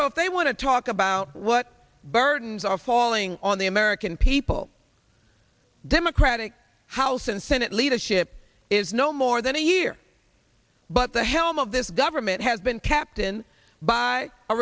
so if they want to talk about what burdens are falling on the american people democratic house and senate leadership is no more than a year but the helm of this government has been kept in by a